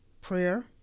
prayer